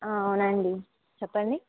అవునాండి చెప్పండి